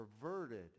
perverted